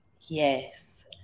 Yes